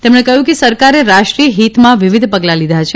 તેમણે કહ્યું કે સરકારે રાષ્ટ્રીય ફીતમાં વિવિધ પગલાં લીધાં છે